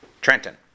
Trenton